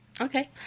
Okay